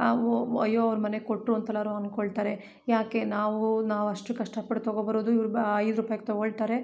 ಓ ಓ ಅಯ್ಯೋ ಅವ್ರು ಮನೆಗೆ ಕೊಟ್ಟರು ಅಂತ ಎಲ್ಲರು ಅನ್ಕೊಳ್ತಾರೆ ಯಾಕೆ ನಾವು ನಾವು ಅಷ್ಟು ಕಷ್ಟಪಟ್ಟು ತಗೊ ಬರೋದು ಇವರು ಬ ಐದು ರೂಪಾಯಿಗ್ ತಗೋಳ್ತಾರೆ